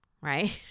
right